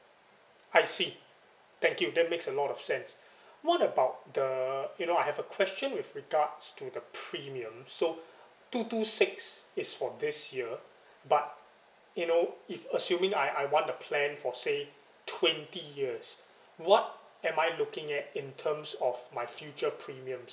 I see thank you that makes a lot of sense what about the you know I have a question with regards to the premium so two two six is is for this year but you know if assuming I I want the plan for say twenty years what am I looking at in terms of my future premiums